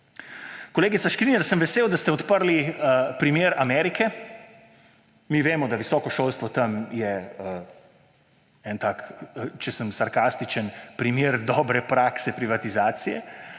Kolegica Škrinjar, sem vesel, da ste odprli primer Amerike. Mi vemo, da visoko šolstvo tam je en tak, če sem sarkastičen, primer dobre prakse privatizacije.